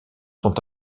sont